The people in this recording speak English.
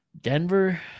Denver